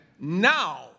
now